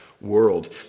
world